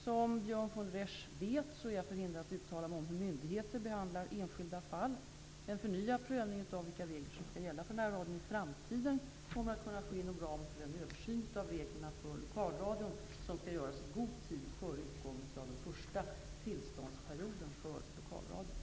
Som Björn von der Esch vet är jag förhindrad att uttala mig om hur myndigheter behandlar enskilda fall. En förnyad prövning av vilka regler som skall gälla för närradion i framtiden kommer att kunna ske inom ramen för den översyn av reglerna för lokalradion som skall göras i god tid före utgången av den första tillståndsperioden för lokalradion.